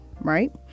Right